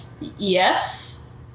Yes